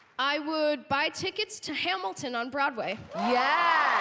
i would buy tickets to hamilton on broadway. yeah